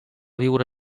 viure